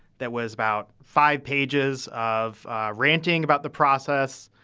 that was about five pages of ranting about the process,